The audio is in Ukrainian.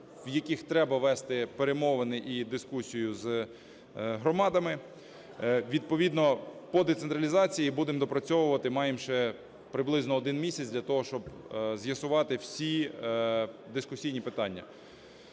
в яких треба вести перемовини і дискусію з громадами. Відповідно по децентралізації будемо допрацьовувати, маємо ще приблизно один місяць для того, щоб з'ясувати всі дискусійні питання.